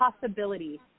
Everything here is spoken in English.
possibility